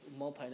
multinational